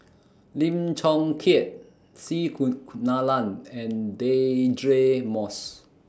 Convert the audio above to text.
Lim Chong Keat C Kunalan and Deirdre Moss